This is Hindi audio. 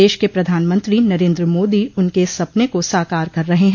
देश के प्रधानमंत्री नरेन्द्र मोदी उनके इस सपने को साकार कर रहे हैं